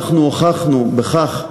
אנחנו הוכחנו בכך,